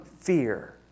fear